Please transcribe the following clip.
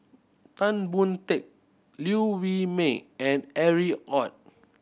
Tan Boon Teik Liew Wee Mee and Harry Ord